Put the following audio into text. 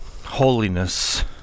holiness